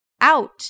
Out